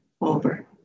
over